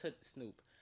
snoop